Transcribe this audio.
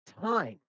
time